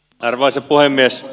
arvoisa puhemies